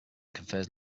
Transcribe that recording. confers